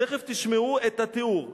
תיכף תשמעו את התיאור.